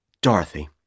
Dorothy